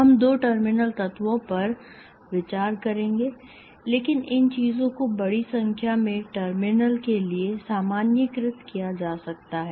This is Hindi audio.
हम दो टर्मिनल तत्वों पर विचार करेंगे लेकिन इन चीजों को बड़ी संख्या में टर्मिनलों के लिए सामान्यीकृत किया जा सकता है